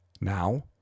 Now